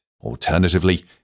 Alternatively